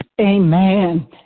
Amen